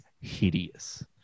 hideous